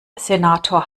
senator